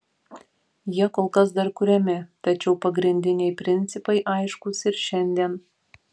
jie kol kas dar kuriami tačiau pagrindiniai principai aiškūs ir šiandien